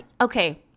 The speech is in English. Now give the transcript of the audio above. Okay